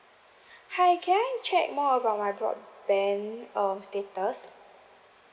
hi can I check more about my broadband um status